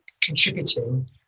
contributing